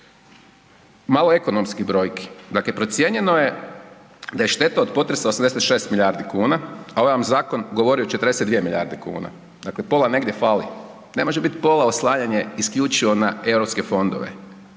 Malo ekonomskih brojki, dakle procijenjeno je da je šteta od potresa 86 milijardi kuna, a ovaj vam zakon govori o 42 milijarde kuna. Dakle pola negdje fali. Ne može biti pola oslanjanje isključivo na EU fondove.